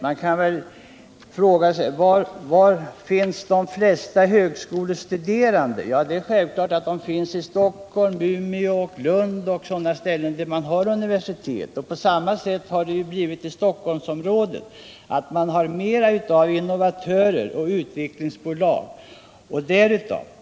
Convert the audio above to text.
Man kan fråga sig: Var finns de flesta högskolestuderandena? Ja, det är självklart att de finns i Stockholm, Umeå, Lund och andra orter med universitet. På samma sätt har det blivit i Stockholmsområdet; man har flera innovatörer och utvecklingsbolag.